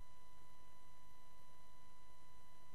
היא הצעה לסדר-היום מס' 5624,